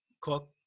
cook